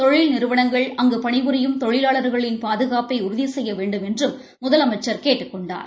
தொழில் நிறுவனங்கள் அங்கு பணி புரியும் தொழிலாளா்களின் பாதுகாப்பை உறுதி செய்ய வேண்டுமென்றும் முதலமைச்சர் கேட்டுக்கொண்டார்